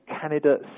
Canada